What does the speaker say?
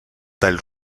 tall